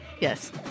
Yes